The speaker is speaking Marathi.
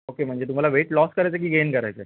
ओके म्हणजे तुम्हाला वेट लॉस करायचं की गेन करायचं आहे